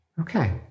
Okay